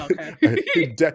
okay